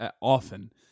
often